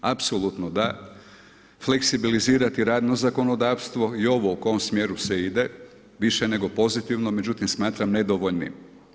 Apsolutno da, fleksibilizirati radno zakonodavstvo i ovo u kojem smjeru se ide, više nego pozitivno međutim smatram nedovoljnim.